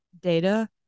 data